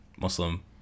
Muslim